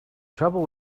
trouble